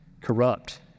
corrupt